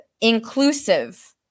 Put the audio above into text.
inclusive